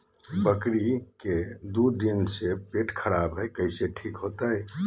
बकरी के दू दिन से पेट खराब है, कैसे ठीक होतैय?